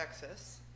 Texas